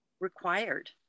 required